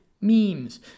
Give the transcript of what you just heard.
memes